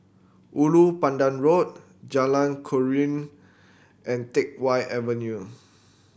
Ulu Pandan Road Jalan Keruing and Teck Whye Avenue